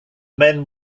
men